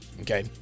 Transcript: okay